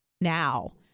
now